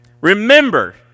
remember